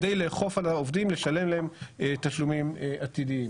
על מנת לאכוף על העובדים לשלם להם תשלומים עתידיים.